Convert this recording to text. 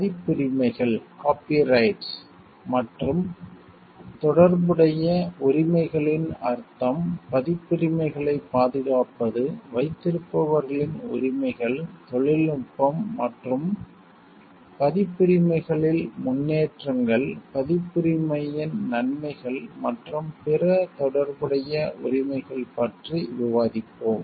பதிப்புரிமைகள் copyrights மற்றும் தொடர்புடைய உரிமைகளின் அர்த்தம் பதிப்புரிமைகளைப் பாதுகாப்பது வைத்திருப்பவர்களின் உரிமைகள் தொழில்நுட்பம் மற்றும் பதிப்புரிமைகளில் காபிரைட்ஸ் முன்னேற்றங்கள் பதிப்புரிமையின் காபிரைட்ஸ் நன்மைகள் மற்றும் பிற தொடர்புடைய உரிமைகள் பற்றி விவாதிப்போம்